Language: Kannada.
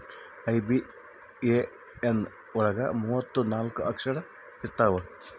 ಐ.ಬಿ.ಎ.ಎನ್ ಒಳಗ ಮೂವತ್ತು ನಾಲ್ಕ ಅಕ್ಷರ ಇರ್ತವಾ